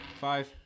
Five